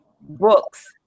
books